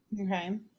Okay